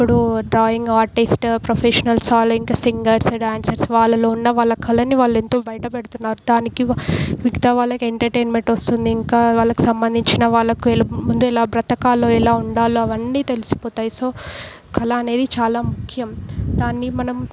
ఇప్పుడు drawing artist professionals సాలింగ్ singers dancers వాళ్ళలో ఉన్న వాళ్ళ కళనీ వాళ్ళు ఎంతో బయటపెడుతున్నారు దానికి వా మిగతా వాళ్ళకి ఎంటర్టైన్మెంట్ వస్తుంది ఇంకా వాళ్ళకు సంబంధించిన వాళ్ళకు ఎలా ముందు ఎలా బ్రతకాలో ఎలా ఉండాలో అవన్నీ తెలిసిపోతాయి సో కళ అనేది చాలా ముఖ్యం దాన్ని మనం